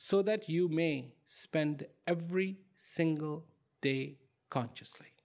so that you may spend every single day consciously